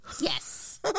Yes